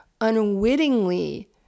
unwittingly